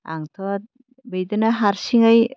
आंथ' बिदिनो हारसिङै